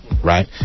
Right